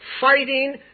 fighting